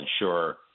ensure